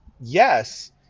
yes